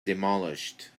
demolished